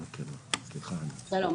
שלום,